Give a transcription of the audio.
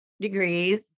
degrees